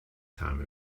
time